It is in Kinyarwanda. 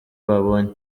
babonye